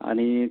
आणि